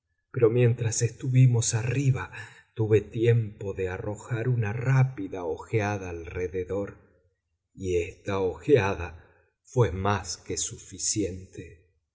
pero mientras estuvimos arriba tuve tiempo de arrojar una rápida ojeada alrededor y esta ojeada fué más que suficiente